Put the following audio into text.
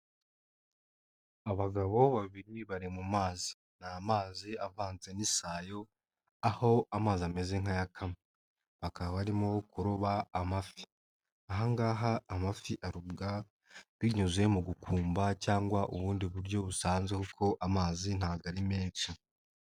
Abagabo babiri bari mu mazi. Nni amazi avanze n'isayo aho amazi ameze nk'ayakamye. bakaba arimo kuroba amafi. Aha ngaha amafi arobwa binyuze mu gukumba cyangwa ubundi buryo busanzwe kuko amazi ntago ari menshi.